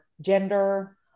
gender